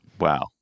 Wow